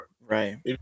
Right